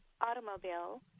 automobile